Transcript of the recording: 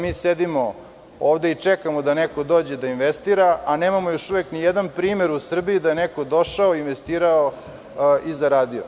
Mi sedimo ovde i čekamo da neko dođe da investira, a nemamo još uvek nijedan primer u Srbiji da je neko došao, investirao i zaradio.